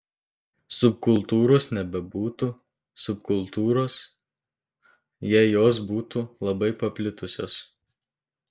subkultūros nebebūtų subkultūros jei jos būtų labai paplitusios